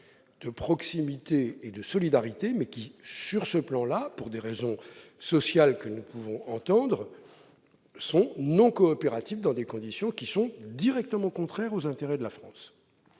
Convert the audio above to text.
de proximité et de solidarité, mais, qui, sur ce plan, pour des raisons sociales que nous pouvons entendre, s'avèrent non coopératifs, dans des conditions directement contraires aux intérêts de la France.